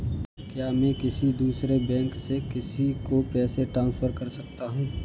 क्या मैं किसी दूसरे बैंक से किसी को पैसे ट्रांसफर कर सकता हूँ?